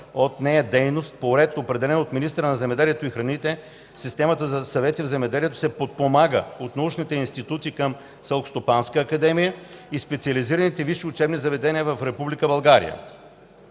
от нея дейност, по ред, определен от министъра на земеделието и храните, Системата за съвети в земеделието се подпомага от научните институти към Селскостопанската академия и специализираните висши училища в Република България.